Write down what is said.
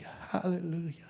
hallelujah